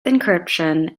encryption